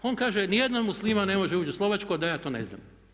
On kaže ni jedan musliman ne može ući u Slovačku a da ja to ne znam.